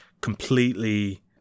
completely